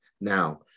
now